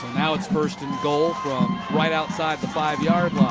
now it's first and goal from right outside the five yard